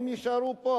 הם יישארו פה,